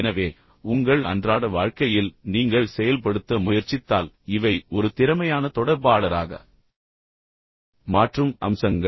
எனவே உங்கள் அன்றாட வாழ்க்கையில் நீங்கள் செயல்படுத்த முயற்சித்தால் இவை ஒரு திறமையான தொடர்பாளராக மாற்றும் அம்சங்கள்